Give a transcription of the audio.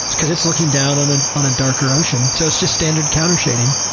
because it's looking down on ah on a darker ocean. so it's just standard countershading.